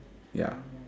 ya